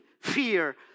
fear